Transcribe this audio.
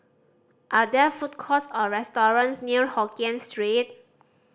are there food courts or restaurants near Hokkien Street